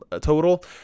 total